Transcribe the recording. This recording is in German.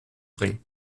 bringen